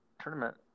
tournament